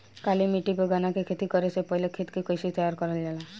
काली मिट्टी पर गन्ना के खेती करे से पहले खेत के कइसे तैयार करल जाला?